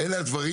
אלה הדברים.